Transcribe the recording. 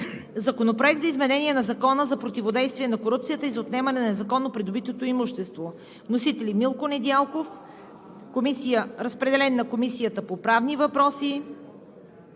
Законопроект за изменение на Закона за противодействие на корупцията и за отнемане на незаконно придобитото имущество. Вносител – Милко Недялков. Разпределен е на: Комисията по правни въпроси,